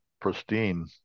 pristine